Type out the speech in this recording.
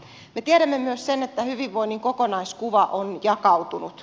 me tiedämme myös sen että hyvinvoinnin kokonaiskuva on jakautunut